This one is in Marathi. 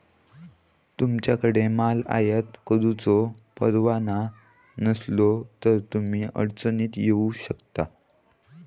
तुमच्याकडे माल आयात करुचो परवाना नसलो तर तुम्ही अडचणीत येऊ शकता